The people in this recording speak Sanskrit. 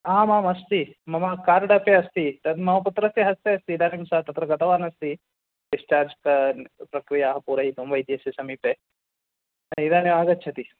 आमाम् अस्ति मम कार्ड् अपि अस्ति तद् मम पुत्रस्य हस्ते अस्ति इदानीं सा तत्र गतवान् अस्ति डिस्चार्ज् प्रक्रियां पूरयितुं वैद्यस्य समीपे इदानीम् आगच्छति